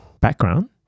background